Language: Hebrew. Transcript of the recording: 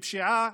מפשיעה